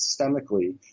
systemically